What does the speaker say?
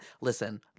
listen